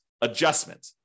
adjustment